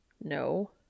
No